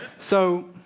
so